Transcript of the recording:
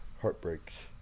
heartbreaks